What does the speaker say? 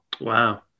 Wow